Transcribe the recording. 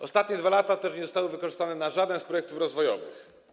Ostatnie 2 lata też nie zostały wykorzystane na żaden z projektów rozwojowych.